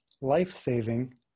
life-saving